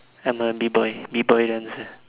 I'm a B-boy B-boy dancer